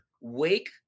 wake